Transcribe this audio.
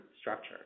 structure